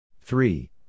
Three